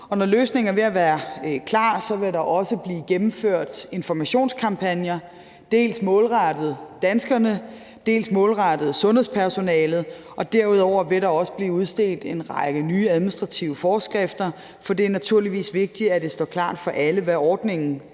når løsningen er ved at være klar, vil der også blive gennemført informationskampagner dels målrettet danskerne, dels målrettet sundhedspersonalet. Derudover vil der også blive udstedt en række nye administrative forskrifter, for det er naturligvis vigtigt, at det står klart for alle, hvad ordningen går